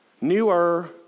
newer